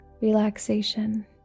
relaxation